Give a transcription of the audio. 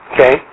Okay